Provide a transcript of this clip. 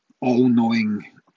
all-knowing